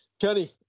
Kenny